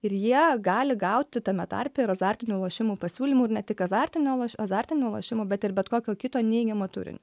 ir jie gali gauti tame tarpe ir azartinių lošimų pasiūlymų ir ne tik azartinio azartinių lošimų bet ir bet kokio kito neigiamo turinio